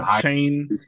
chain